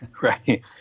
Right